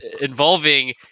involving